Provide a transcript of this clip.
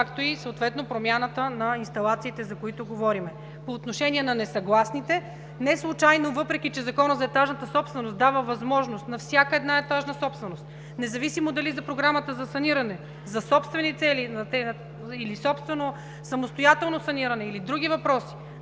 съответно промяната на инсталациите, за които говорим. По отношение на несъгласните – неслучайно, въпреки че Законът за етажната собсвеност дава възможност на всяка една етажна собственост, независимо дали е за Програмата за саниране, за собствени цели или собствено самостоятелно саниране, или други въпроси,